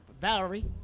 valerie